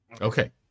Okay